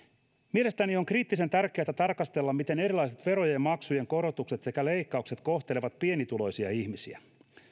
mielestäni on kriittisen tärkeätä tarkastella miten erilaiset verojen ja maksujen korotukset sekä leikkaukset kohtelevat pienituloisia ihmisiä